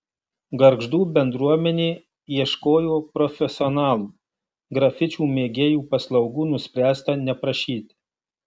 gargždų bendruomenė ieškojo profesionalų grafičių mėgėjų paslaugų nuspręsta neprašyti